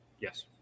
yes